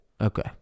Okay